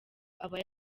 aba